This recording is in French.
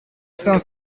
cinq